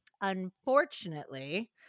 Unfortunately